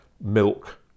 milk